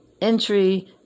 entry